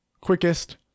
Quickest